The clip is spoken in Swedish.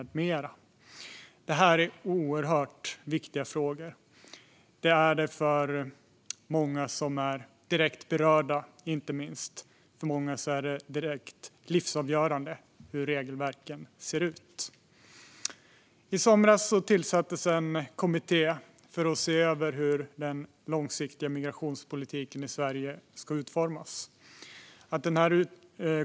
Detta är oerhört viktiga frågor, inte minst för många som är direkt berörda. För många är det direkt livsavgörande hur regelverken ser ut. I somras tillsattes en kommitté för att se över hur den långsiktiga migrationspolitiken i Sverige ska utformas.